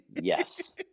Yes